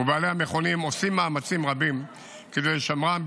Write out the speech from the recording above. ובעלי המכונים עושים מאמצים רבים כדי לשמרם,